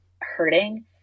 hurting